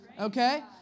Okay